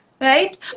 right